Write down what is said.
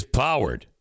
powered